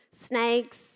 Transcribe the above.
snakes